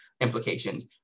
implications